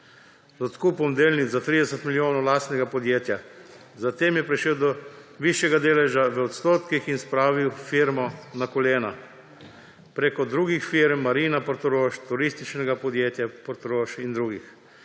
z odkupom delnic za 30 milijonov lastnega podjetja. Zatem je prišel do višjega deleža v odstotkih in spravil firmo na kolena preko drugih firm: Marina Portorož, Turističnega podjetja Portorož in drugih.